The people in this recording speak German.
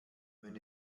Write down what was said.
wenn